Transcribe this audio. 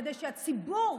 כדי שגם הציבור